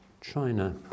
China